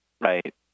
right